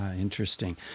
interesting